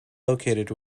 located